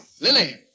Lily